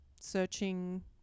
searching